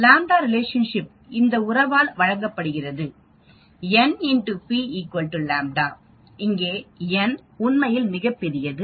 ƛ Relationship இந்த உறவால் வழங்கப்படுகிறது n x p ƛ இங்கே n உண்மையில் மிகவும் பெரியது